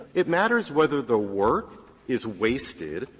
it matters whether the work is wasted,